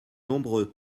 nombreux